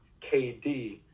KD